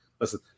Listen